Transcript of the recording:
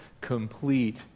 complete